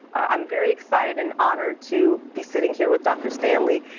i'm very excited and honored to be sitting here with dr. stanley.